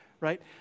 right